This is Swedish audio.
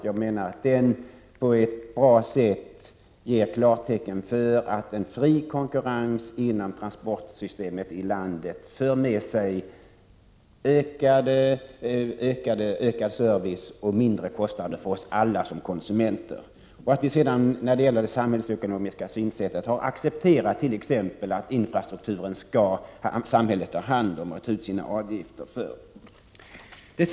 Jag menar att detta beslut på ett bra sätt klargör att en fri konkurrens inom transportsystemet i landet för med sig bättre service och mindre kostnader för alla konsumenter. När det gäller det samhällsekonomiska synsättet har vi accepterat att samhället skall ha hand om t.ex. infrastrukturen och ta ut avgifter härför.